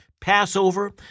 Passover